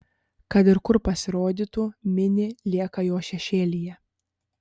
kad ir kur pasirodytų mini lieka jo šešėlyje